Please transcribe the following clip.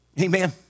Amen